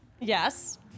Yes